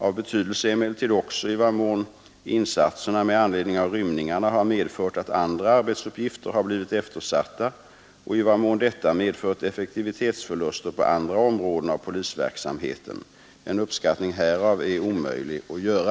Av betydelse är emellertid också i vad mån insatserna med anledning av rymningarna har medfört att andra arbetsuppgifter har blivit eftersatta och i vad mån detta medfört effektivitetsförluster på andra områden av polisverksamheten. En uppskattning härav är omöjlig att göra.